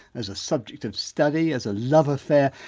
as a subject of study, as a love affair,